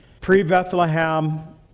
pre-Bethlehem